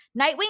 Nightwing